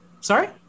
Sorry